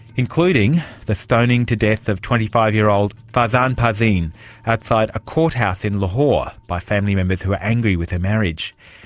including the stoning to death of twenty five year old farzana parveen outside a courthouse in lahore by family members who were angry with her marriage.